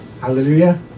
Hallelujah